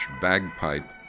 bagpipe